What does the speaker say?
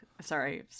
Sorry